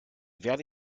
werde